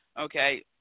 okay